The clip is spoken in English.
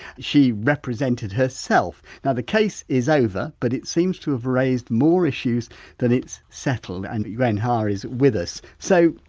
she represented herself. now the case is over but it seems to have raised more issues than its settled and yuen har is with us. so,